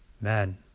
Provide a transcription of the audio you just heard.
man